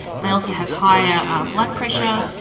they also have higher blood pressure,